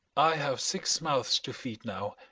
i have six mouths to feed now,